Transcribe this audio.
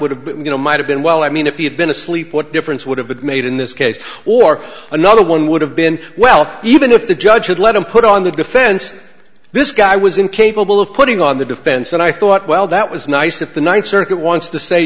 would have been you know might have been well i mean if he had been asleep what difference would have been made in this case or another one would have been well even if the judge had let him put on the defense this guy was incapable of putting on the defense and i thought well that was nice if the ninth circuit wants to say